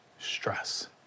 stress